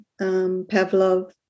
Pavlov